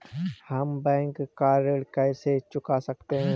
हम बैंक का ऋण कैसे चुका सकते हैं?